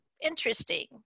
Interesting